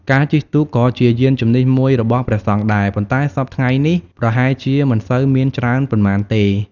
ការជិះទូកក៏ជាយានជំនិះមួយរបស់ព្រះសង្ឃដែរ ប៉ុន្តែសព្វថ្ងៃនេះប្រហែលជាមិនសូវមានច្រើនប៉ុន្មានទេ។